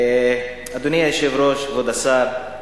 אדוני היושב-ראש, כבוד השר,